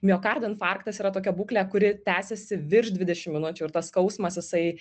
miokardo infarktas yra tokia būklė kuri tęsiasi virš dvidešim minučių ir tas skausmas jisai